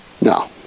no